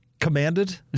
Commanded